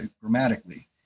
grammatically